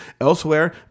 elsewhere